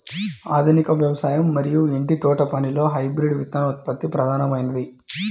ఆధునిక వ్యవసాయం మరియు ఇంటి తోటపనిలో హైబ్రిడ్ విత్తనోత్పత్తి ప్రధానమైనది